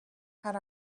had